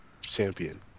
champion